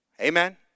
Amen